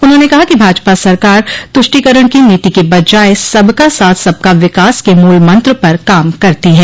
उन्होंने कहा कि भाजपा सरकार तुष्टिकरण की नीति के बजाय सबका साथ सबका विकास के मूल मंत्र पर काम करती है